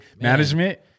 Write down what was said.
management